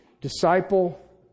disciple